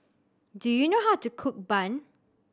do you know how to cook bun